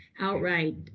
Outright